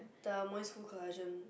the moistfull collagen